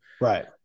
Right